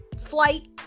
flight